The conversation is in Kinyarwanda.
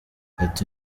ati